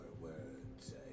words